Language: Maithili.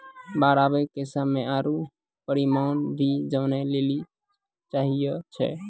बाढ़ आवे के समय आरु परिमाण भी जाने लेली चाहेय छैय?